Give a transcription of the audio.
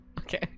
Okay